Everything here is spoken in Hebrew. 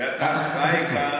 ואתה חי כאן,